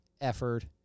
effort